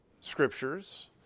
Scriptures